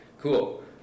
cool